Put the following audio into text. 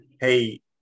Hey